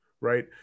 right